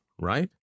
right